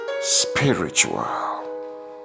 spiritual